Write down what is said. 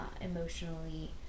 emotionally